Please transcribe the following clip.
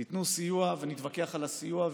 תנו סיוע ונתווכח על הסיוע,